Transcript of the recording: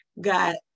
got